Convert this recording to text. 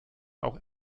auch